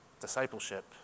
discipleship